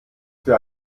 für